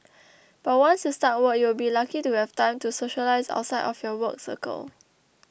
but once you start work you'll be lucky to have time to socialise outside of your work circle